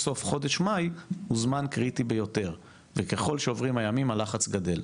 סוף חודש מאי הוא זמן קריטי ביותר וככל שעוברים הימים הלחץ גדל.